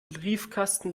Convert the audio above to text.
briefkasten